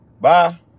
Bye